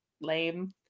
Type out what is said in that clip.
lame